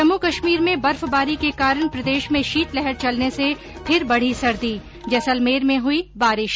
जम्मू कश्मीर में बर्फबारी के कारण प्रदेश में शीत लहर चलने से फिर बढ़ी सर्दी जैसलमेर में हुई बारिश